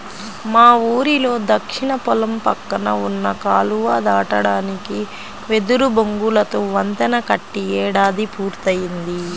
మా ఊరిలో దక్షిణ పొలం పక్కన ఉన్న కాలువ దాటడానికి వెదురు బొంగులతో వంతెన కట్టి ఏడాది పూర్తయ్యింది